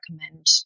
recommend